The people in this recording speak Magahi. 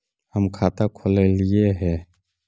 हम खाता खोलैलिये हे?